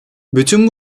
bütün